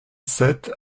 sept